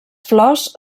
flors